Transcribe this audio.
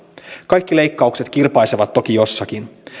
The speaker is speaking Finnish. kaikki leikkaukset kirpaisevat toki jossakin